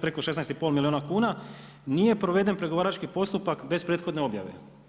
preko 16 i pol milijuna kuna nije proveden pregovarački postupak bez prethodne objave.